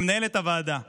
למנהלת הוועדה גב'